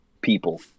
people